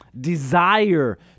desire